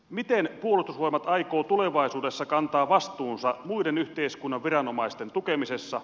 miten puolustusvoimat aikoo tulevaisuudessa kantaa vastuunsa muiden yhteiskunnan viranomaisten tukemisessa